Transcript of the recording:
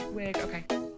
okay